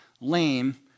lame